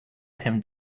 him